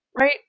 right